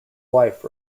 wife